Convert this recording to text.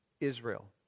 Israel